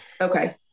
Okay